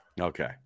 Okay